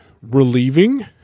relieving